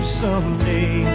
someday